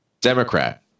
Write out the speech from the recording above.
Democrat